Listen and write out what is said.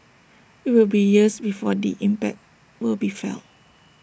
IT will be years before the impact will be felt